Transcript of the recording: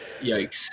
Yikes